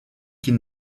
qu’il